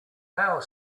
power